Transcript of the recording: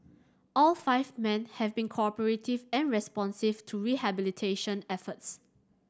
all five men have been cooperative and responsive to rehabilitation efforts